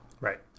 Right